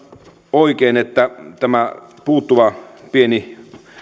oikein että tämä puuttuva pieni